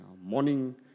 morning